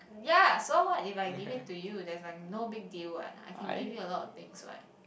ya so what if I give it to you there's like no big deal [what] I can give you a lot of things [what]